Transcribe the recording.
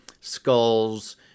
skulls